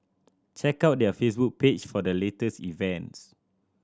check out their Facebook page for the latest events